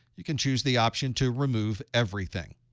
you can choose the option to remove everything.